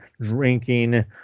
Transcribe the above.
drinking